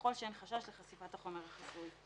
וככל שאין חשש לחשיפת החומר החסוי.